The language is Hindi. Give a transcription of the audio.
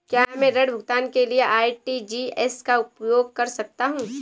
क्या मैं ऋण भुगतान के लिए आर.टी.जी.एस का उपयोग कर सकता हूँ?